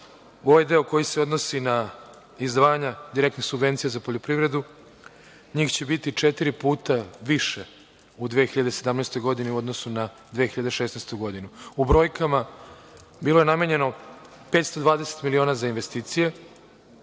ovaj deo koji se odnosi na izdvajanje direktnih subvencija za poljoprivredu, će njih biti četiri puta više u 2017. godini u odnosu na 2016. godinu. U brojkama, bilo je namenjeno 520 miliona za investicije,